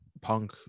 punk